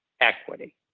equity